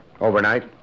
Overnight